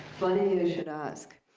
funny you should ask.